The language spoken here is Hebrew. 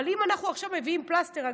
אבל אם אנחנו עכשיו מביאים פלסטר,